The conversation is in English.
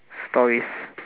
stories